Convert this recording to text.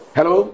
Hello